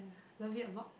love it a lot